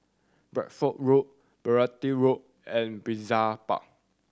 Bideford Road Beaulieu Road and Brizay Park